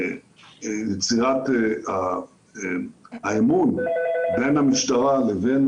יצירת האמון בין המשטרה לבין